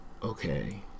okay